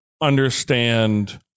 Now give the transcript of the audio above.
understand